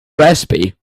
recipe